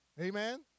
Amen